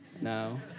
No